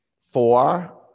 four